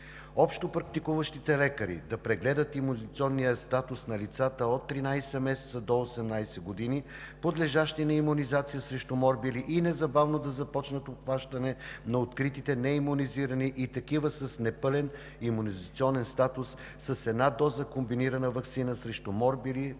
общопрактикуващите лекари да прегледат имунизационния статус на лицата от 13 месеца до 18 години, подлежащи на имунизация срещу морбили и незабавно да започнат обхващане на откритите неимунизирани и такива с непълен имунизационен статус с една доза комбинирана ваксина срещу морбили,